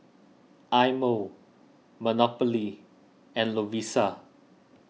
Eye Mo Monopoly and Lovisa